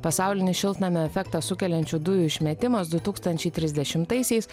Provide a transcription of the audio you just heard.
pasaulinį šiltnamio efektą sukeliančių dujų išmetimas du tūkstančiai trisdešimtaisiais